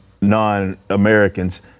Non-Americans